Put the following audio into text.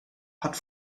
hat